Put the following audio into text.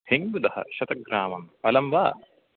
हिङ्गुदः शत ग्राम् अलं वा